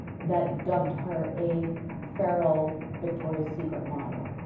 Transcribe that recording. that dubbed her a feral victoria's secret model.